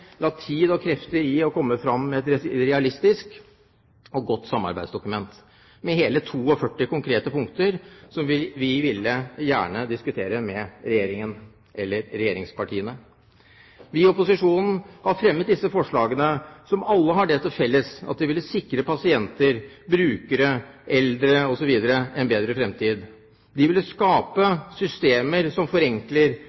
la tid og krefter i å komme fram med et realistisk og godt samarbeidsdokument, med hele 42 konkrete punkter, som vi gjerne ville diskutere med Regjeringen, eller regjeringspartiene. Vi i opposisjonen har fremmet disse forslagene, som alle har det til felles at de ville sikre pasienter, brukere, eldre osv. en bedre fremtid. De ville